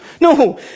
No